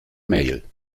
mail